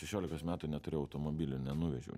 šešiolikos metų neturėjau automobilio nenuvežiau